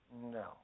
No